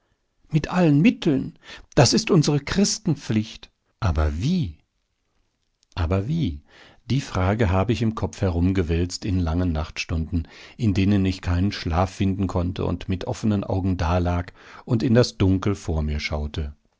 mit allen mitteln das ist unsere christenpflicht aber wie aber wie die frage habe ich im kopf herumgewälzt in langen nachtstunden in denen ich keinen schlaf finden konnte und mit offenen augen dalag und in das dunkel vor mir schaute